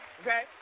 Okay